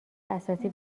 اساسی